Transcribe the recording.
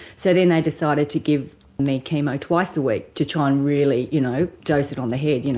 so then they decided to give me chemo twice a week to try and really you know dose it on the head, you know